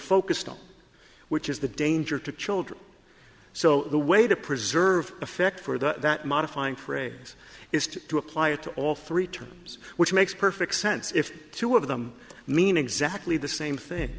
focused on which is the danger to children so the way to preserve effect for that modifying phrase is to apply it to all three terms which makes perfect sense if two of them mean exactly the same thing